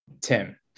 Tim